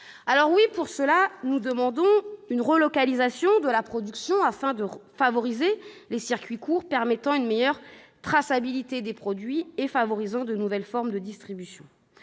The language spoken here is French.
la terre. Pour cela, nous demandons une relocalisation de la production afin de favoriser les circuits courts, qui permettent une meilleure traçabilité des produits et favorisent de nouvelles formes de distribution.